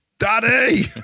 Daddy